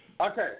Okay